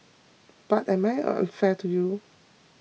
but am I unfair to you